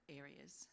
areas